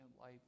life